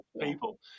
people